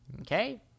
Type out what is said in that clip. Okay